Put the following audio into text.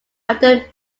after